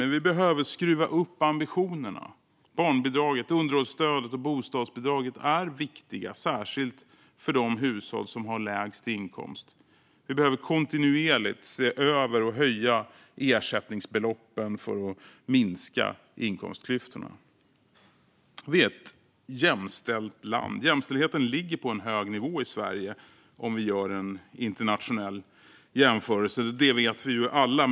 Men vi behöver skruva upp ambitionerna. Barnbidraget, underhållsstödet och bostadsbidraget är viktiga, särskilt för de hushåll som har lägst inkomst. Vi behöver kontinuerligt se över och höja ersättningsbeloppen för att minska inkomstklyftorna. Vi är ett jämställt land. Jämställdheten ligger på en hög nivå i Sverige i en internationell jämförelse; det vet vi alla.